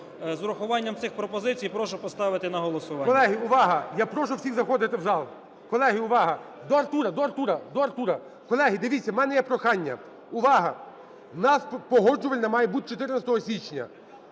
З урахуванням цих пропозицій прошу поставити на голосування. ГОЛОВУЮЧИЙ. Колеги, увага! Я прошу всіх заходити в зал. Колеги, увага! До Артура! До Артура! До Артура! Колеги, дивіться, в мене є прохання. Увага! В нас Погоджувальна має бути 14 січня.